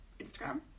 instagram